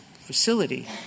facility